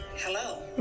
hello